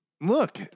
Look